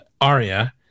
Aria